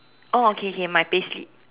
oh okay okay my payslip